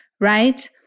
right